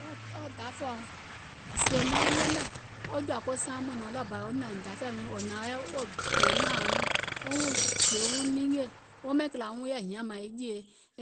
Wo dafɛ̀ɛ̀ɔ sèè mauŋ yɛmɛ̀ wo jɔ̀ȧ ko saaŋ muìŋ nɔ̀ɔŋ ɗɔɔbȧ wo nȧìŋ dafɛ̀ɛ̀ wiiŋ wo dè nȧȧuŋ nɔɔ̀ŋ, wo wuŋ dè wo wuŋ ningè wo ɓɛìŋ kìlȧ wo wuŋ yɛi hiȧŋ mȧȧŋ e jèe